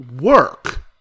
work